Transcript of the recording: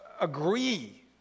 agree